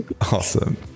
awesome